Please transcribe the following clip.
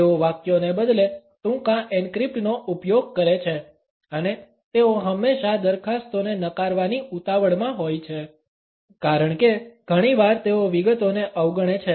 તેઓ વાક્યોને બદલે ટૂંકા એન્ક્રિપ્ટ નો ઉપયોગ કરે છે અને તેઓ હંમેશા દરખાસ્તોને નકારવાની ઉતાવળમાં હોય છે કારણ કે ઘણીવાર તેઓ વિગતોને અવગણે છે